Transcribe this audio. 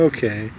Okay